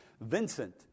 Vincent